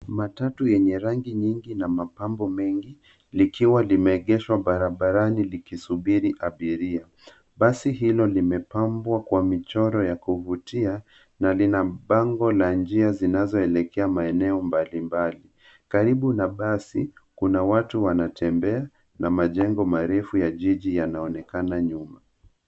Matatu yenye rangi nyingi na mapambo mengi, likiwa limeegeshwa barabarani likisubiri abiria. Basi hilo limepambwa kwa michoro ya kuvutia, na lina bango la njia zinazoelekea maeneo mbali mbali. Karibu na basi, kuna watu wanatembea na majengo marefu ya jiji yanaonekana nyuma.